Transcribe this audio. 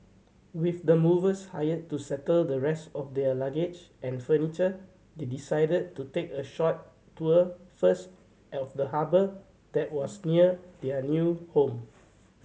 with the movers hired to settle the rest of their luggage and furniture they decided to take a short tour first of the harbour that was near their new home